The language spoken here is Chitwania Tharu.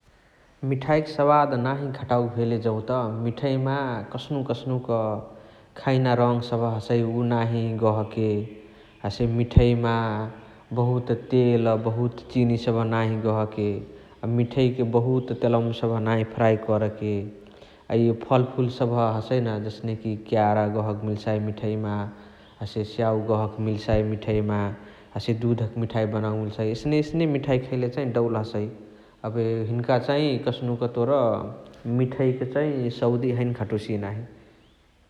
मिठाई क सवाद नाही घटाओके भेले जौत । मिठैमा कस्नुक कस्नुक खैना रङ सबहा हसइ उअ नही गहके । हसे मिठैमा बहुत तेल, बहुत चिनी सबह नाही गहके । अ मिठैमा बहुत तेलौम सबहा नाही फ्र्य करके । अ इय फल्फुल सबहा हसइ न हस्ने कि क्यारा गहके मिठैम, स्याउ गहके मिठैमा । हसे दुधक मिठाइ बनावोके मिल्साइ । एस्ने एस्ने मिठाइ खैले चही डौल हसइ । एबे हिन्क चाही कस्नुक तोर मिठैक सउदी चही हैने घटोसिय ।